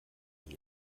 nie